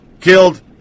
killed